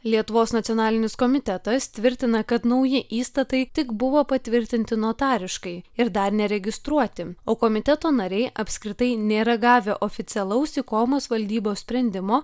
lietuvos nacionalinis komitetas tvirtina kad nauji įstatai tik buvo patvirtinti notariškai ir dar neregistruoti o komiteto nariai apskritai nėra gavę oficialaus ikomos valdybos sprendimo